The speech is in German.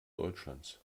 deutschlands